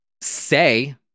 say